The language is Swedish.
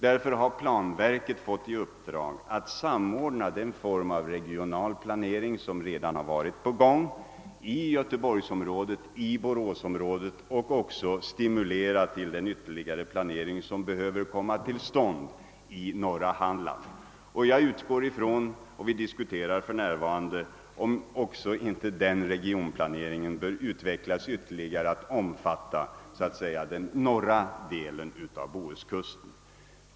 Därför har planverket fått i uppdrag att samordna den regionalplanering, som redan skett i göteborgsområdet och i boråsområdet, och att också stimulera till den ytterligare planering som behöver komma till stånd i norra Halland. Vi diskuterar för närvarande att den regionplaneringen bör utvecklas ytterligare till att omfatta norra delen av bohuskusten.